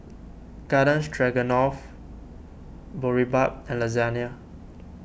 Garden Stroganoff Boribap and Lasagna